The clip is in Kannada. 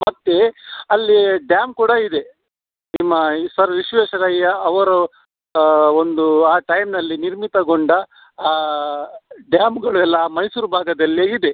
ಮತ್ತು ಅಲ್ಲಿ ಡ್ಯಾಮ್ ಕೂಡ ಇದೆ ನಿಮ್ಮ ಸರ್ ವಿಶ್ವೇಶ್ವರಯ್ಯ ಅವರು ಒಂದು ಆ ಟೈಮ್ನಲ್ಲಿ ನಿರ್ಮಿತಗೊಂಡ ಡ್ಯಾಮ್ಗಳೆಲ್ಲ ಆ ಮೈಸೂರು ಭಾಗದಲ್ಲೇ ಇದೆ